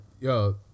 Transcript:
yo